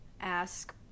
ask